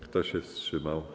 Kto się wstrzymał?